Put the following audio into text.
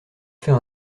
fait